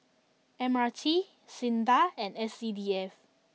M R T Sinda and S C D F